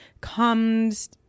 comes